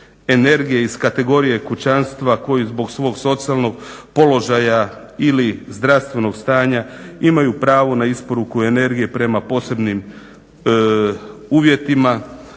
energije iz kategorije kućanstva koji zbog svog socijalnog položaja ili zdravstvenog stanja imaju pravo na isporuku energije prema posebnim uvjetima.